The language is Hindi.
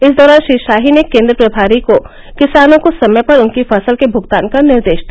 इस दौरान श्री शाही ने केंद्र प्रभारी को किसानों को समय पर उनकी फसल के भुगतान का निर्देश दिया